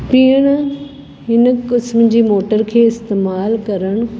पीअणु हिन क़िस्म जी मोटर खे इस्तेमालु करणु